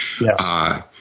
Yes